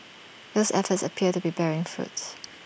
those efforts appear to be bearing fruit